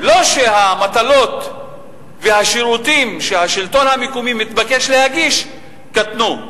המטלות והשירותים שהשלטון המקומי מתבקש להגיש לא קטנו,